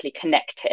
connected